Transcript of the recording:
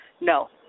No